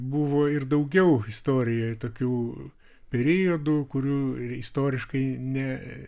buvo ir daugiau istorijoj tokių periodų kurių istoriškai ne